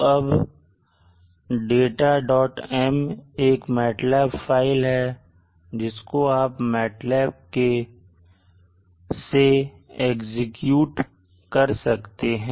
तो अब datam एक MATLAB फाइल है जिसको आप MATLAB से एग्जीक्यूट कर सकते हैं